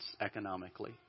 economically